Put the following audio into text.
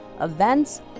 events